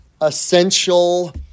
essential